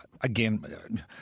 again